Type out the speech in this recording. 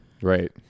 Right